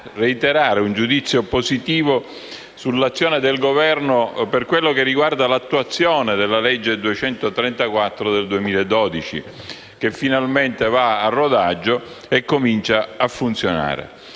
reiterare un giudizio positivo sull'azione del Governo per quanto riguarda l'attuazione della legge 24 dicembre 2012, n. 234, che finalmente va a rodaggio e comincia a funzionare.